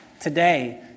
today